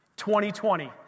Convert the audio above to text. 2020